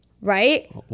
Right